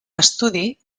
estudi